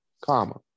comma